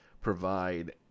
provide